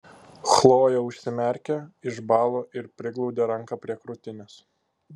chlojė užsimerkė išbalo ir priglaudė ranką prie krūtinės